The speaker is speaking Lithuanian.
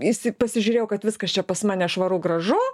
įsi pasižiūrėjau kad viskas čia pas mane švaru gražu